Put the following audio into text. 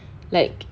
like